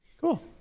Cool